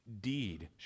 deed